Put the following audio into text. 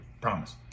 Promise